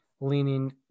leaning